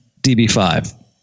DB5